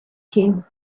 him